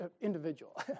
Individual